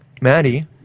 Maddie